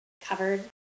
covered